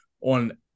on